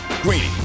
Greeny